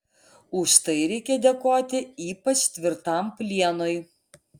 už tai reikia dėkoti ypač tvirtam plienui